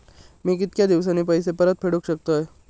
मी कीतक्या दिवसांनी पैसे परत फेडुक शकतय?